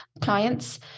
clients